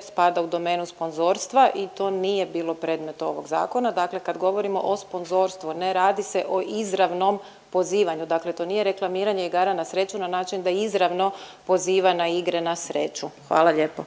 spada u domenu sponzorstva i to nije bilo predmet ovog zakona, dakle kad govorimo o sponzorstvu ne radi se o izravnom pozivanju, dakle to nije reklamiranje igara na sreću na način da izravno poziva na igre na sreću. Hvala lijepo.